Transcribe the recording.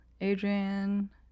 Adrian